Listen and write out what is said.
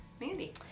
Mandy